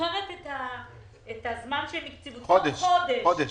"תוך חודש".